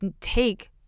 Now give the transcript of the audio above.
take